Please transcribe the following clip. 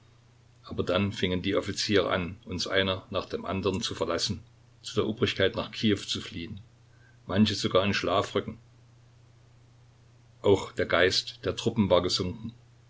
aber dann fingen die offiziere an uns einer nach dem andern zu verlassen zu der obrigkeit nach kiew zu fliehen manche sogar in schlafröcken auch der geist der truppen war gesunken